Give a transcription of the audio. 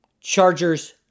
Chargers